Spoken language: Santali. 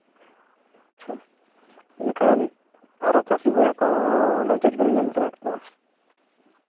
ᱟᱪᱪᱷᱟ ᱮᱱᱠᱷᱟᱱ ᱟᱨᱚ ᱪᱟᱹᱥᱤ ᱵᱚᱭᱦᱟ ᱠᱚ ᱪᱮᱫ ᱵᱮᱱ ᱢᱮᱱ ᱠᱚᱣᱟ